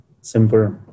Simple